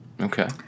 Okay